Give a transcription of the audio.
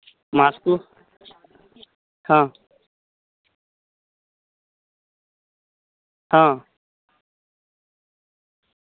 ମାସକୁ ହଁ ହଁ